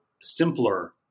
simpler